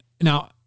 now